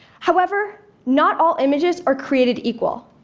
however, not all images are created equal.